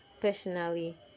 personally